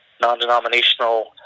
non-denominational